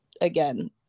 again